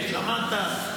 שמעת,